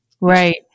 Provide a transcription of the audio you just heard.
Right